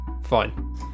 Fine